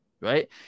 right